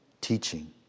teaching